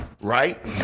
right